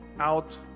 Out